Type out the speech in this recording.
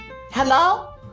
hello